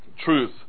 truth